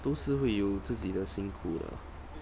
都是会有自己的辛苦的